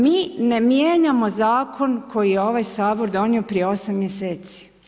Mi ne mijenjamo zakon koji je ovaj Sabor donio prije osam mjeseci.